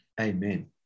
Amen